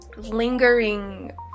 lingering